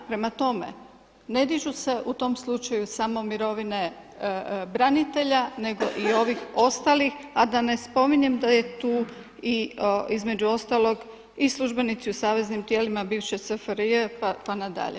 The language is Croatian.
Prema tome, ne dižu se u tom slučaju samo mirovine branitelja nego i ovih ostalih, a da ne spominjem da je tu između ostalog i službenici u saveznim tijelima bivše SFRJ pa nadalje.